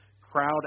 crowd